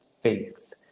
faith